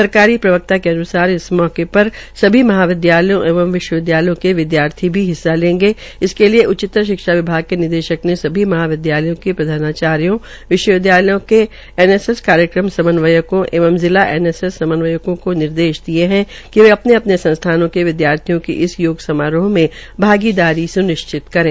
सरकारी के अन्सार इस मौके पर सभी महाविद्यालयों एवं विश्वविद्यालयों के विदयार्थी भी हिस्सा लेंगे इसके लिए उच्चतर शिक्षा विभाग के निदेशक ने सभी महाविदयालयों के प्रधानाचार्यों विश्वविदयालयों के एन एस एस कार्यक्रम समन्वयकों एवं जिला एनएसएस समन्वयकों को निर्देश दिए है कि वे अपने अपने संस्थानों के विद्यार्थियों की इस योग समारोह में भागीदारी सु्निश्चित करें